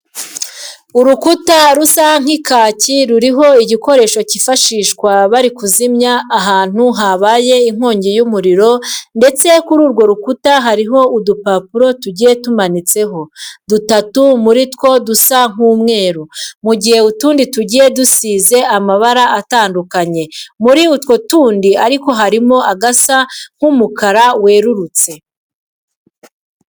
Urukuta rusa nk'icyatsi ruriho igikoresho cyifashishwa bari kuzimya ahantu habaye inkongi y'umuriro ndetse kuri urwo rukuta hariho udupapuro tugiye tumanitseho, dutatu muri two dusa nk'umweru, mu gihe utundi tugiye dusize amabara atandukanye. Muri utwo tundi ariko harimo agasa nk'umukara werurutse.